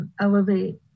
elevate